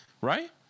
right